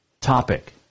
topic